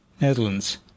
Netherlands